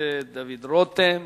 הכנסת דוד רותם.